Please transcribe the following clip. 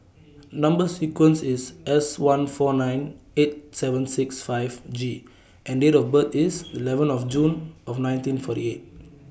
Number sequence IS S one four nine eight seven six five G and Date of birth IS eleven of June of nineteen forty eight